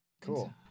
Cool